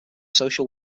social